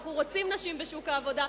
ואנו רוצים נשים בשוק העבודה,